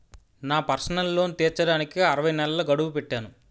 నా personal loan తీర్చడానికి అరవై నెలల గడువు పెట్టాను